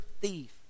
thief